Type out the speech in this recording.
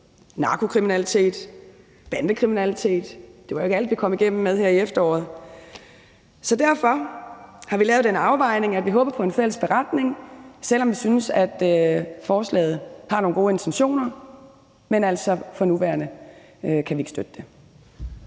narkokriminalitet og bandekriminalitet; det var jo ikke alt, vi kom igennem med her i efteråret. Så derfor har vi lavet den afvejning, at vi håber på en fælles beretning, og selv om vi synes, at forslaget har nogle gode intentioner, kan vi altså for nuværende ikke støtte det.